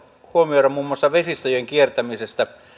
huomioida muun muassa vesistöjen kiertämisestä